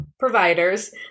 providers